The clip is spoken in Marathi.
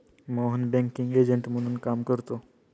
मोहन बँकिंग एजंट म्हणून काम करतो